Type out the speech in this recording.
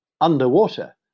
underwater